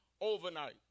overnight